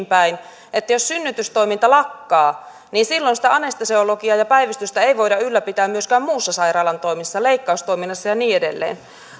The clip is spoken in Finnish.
päin että jos synnytystoiminta lakkaa niin silloin sitä anestesiologiaa ja päivystystä ei voida ylläpitää myöskään muissa sairaalan toimissa leikkaustoiminnassa ja niin edelleen